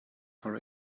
for